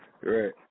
right